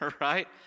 right